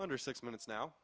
under six minutes now